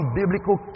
biblical